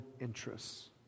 interests